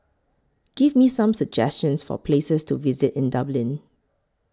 Give Me Some suggestions For Places to visit in Dublin